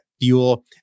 fuel